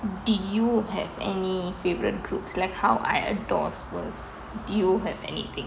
do you have any favourite groups like how I adore spurs do you have any team